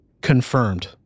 Confirmed